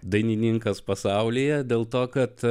dainininkas pasaulyje dėl to kad